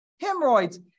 hemorrhoids